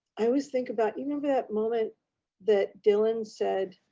i always think about you remember that moment that dylan said,